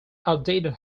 outed